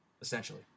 essentially